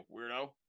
weirdo